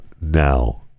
now